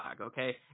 okay